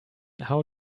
how